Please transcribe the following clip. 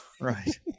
Right